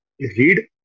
read